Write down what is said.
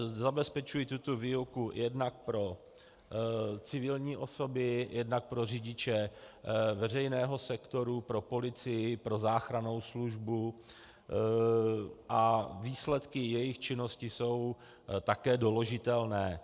Zabezpečují tuto výuku jednak pro civilní osoby, jednak pro řidiče veřejného sektoru, pro policii, pro záchrannou službu a výsledky jejich činnosti jsou také doložitelné.